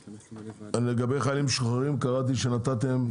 לגבי חיילים משוחררים קראתי שנתתם?